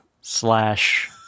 slash –